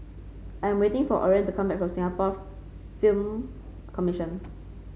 I am waiting for Oren to come back from Singapore Film Commission